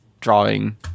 drawing